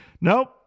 Nope